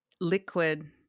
Liquid